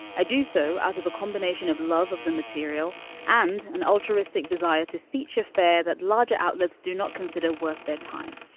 i do so as of a combination of love of the material and an ultra mystic desire to feature fare that larger outlets do not consider worth their time.